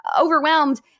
overwhelmed